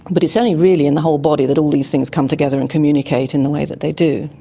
but it's only really in the whole body that all these things come together and communicate in the way that they do.